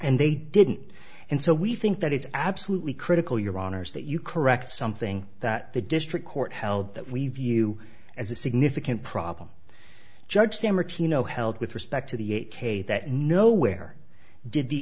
and they didn't and so we think that it's absolutely critical your honour's that you correct something that the district court held that we view as a significant problem judge zimmer teano held with respect to the eight k that nowhere did the